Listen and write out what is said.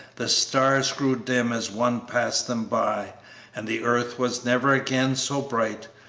the stars grew dim as one passed them by and the earth was never again so bright,